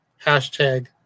hashtag